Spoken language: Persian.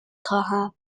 خواهم